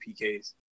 PKs